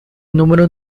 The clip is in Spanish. número